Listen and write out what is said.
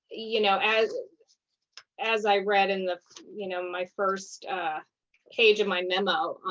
you know as as i read in the you know my first page of my memo,